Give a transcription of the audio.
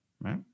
right